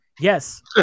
Yes